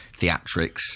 theatrics